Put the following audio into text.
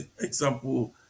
example